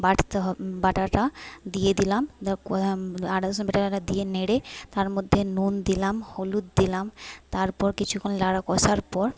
বাটতে হবে বাটাটা দিয়ে দিলাম আদা রসুন বাটাটা দিয়ে নেড়ে তার মধ্যে নুন দিলাম হলুদ দিলাম তারপর কিছুক্ষণ নাড়া কষার পর